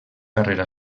carrera